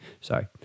Sorry